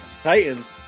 Titans